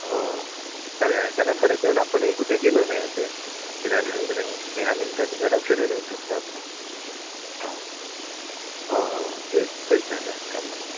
हो जाऊया कारण बरेच दिवस आपणही कुठे गेलो नाही असे फिरायला वगैरे तर ह्या निमित्ताने जरा फिरून येऊ शकतो आपण हां हो हो तेच तेच झालं कामामुळे